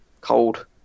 cold